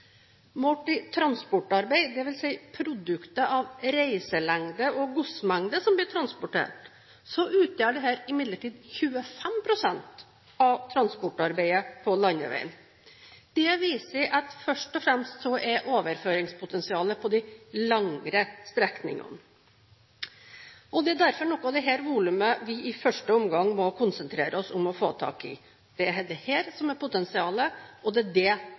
Målt i transportarbeid, dvs. produktet av reiselengde og godsmengde som blir transportert, utgjør dette imidlertid 25 pst. av transportarbeidet på landeveien. Det viser at overføringspotensialet først og fremst er på de lengre strekningene. Det er derfor noe av dette volumet vi i første omgang må konsentrere oss om å få tak i. Det er dette som er potensialet, og det er